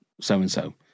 so-and-so